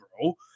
bro